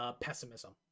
pessimism